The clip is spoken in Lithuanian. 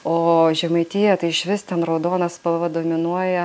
o žemaitija tai išvis ten raudona spalva dominuoja